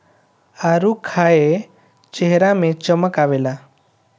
आडू खाए चेहरा में चमक आवेला